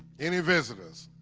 any visitors